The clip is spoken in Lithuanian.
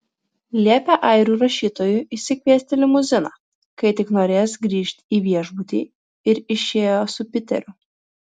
liepė airių rašytojui išsikviesti limuziną kai tik norės grįžti į viešbutį ir išėjo su piteriu